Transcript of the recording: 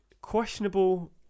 questionable